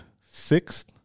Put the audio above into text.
sixth